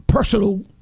Personal